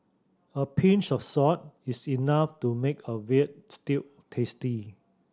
a pinch of salt is enough to make a veal stew tasty